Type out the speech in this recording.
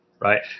Right